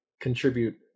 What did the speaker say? contribute